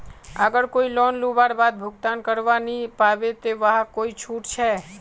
अगर कोई लोन लुबार बाद भुगतान करवा नी पाबे ते वहाक कोई छुट छे?